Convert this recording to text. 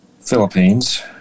Philippines